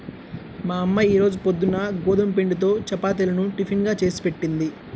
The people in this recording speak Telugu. మా అమ్మ ఈ రోజు పొద్దున్న గోధుమ పిండితో చపాతీలను టిఫిన్ గా చేసిపెట్టింది